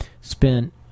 spent